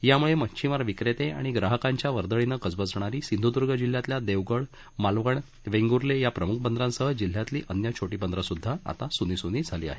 त्यामुळे मच्छिमार विक्रेते आणि ग्राहकांच्या वर्दळीनं गजबजणारी सिंधुर्दर्ग जिल्ह्यातल्या देवगड मालवण वेंगुर्ले या प्रमुख बंदरांसह जिल्ह्यातली अन्य छोटी बंदरंसुध्दा आता सूनीसूनी झाली आहेत